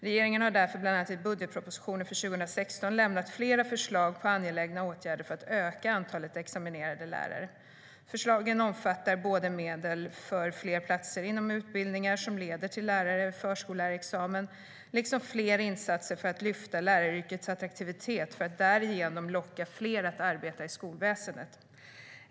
Regeringen har därför bland annat i budgetpropositionen för 2016 lämnat flera förslag på angelägna åtgärder för att öka antalet examinerade lärare. Förslagen omfattar både medel för fler platser inom utbildningar som leder till en lärar eller förskollärarexamen liksom flera insatser för att lyfta läraryrkets attraktivitet för att därigenom locka fler att arbeta i skolväsendet.